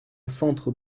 centre